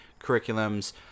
curriculums